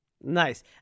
Nice